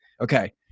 Okay